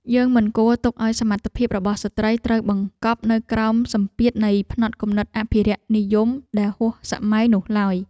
យើងមិនគួរទុកឱ្យសមត្ថភាពរបស់ស្ត្រីត្រូវបង្កប់នៅក្រោមសម្ពាធនៃផ្នត់គំនិតអភិរក្សនិយមដែលហួសសម័យនោះឡើយ។